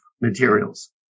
materials